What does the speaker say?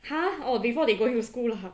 !huh! oh before they go to school lah